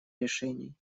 решений